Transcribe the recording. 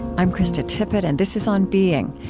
i'm krista tippett, and this is on being,